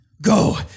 Go